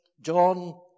John